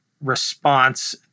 response